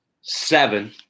seven